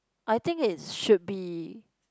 I think it's should be